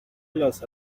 las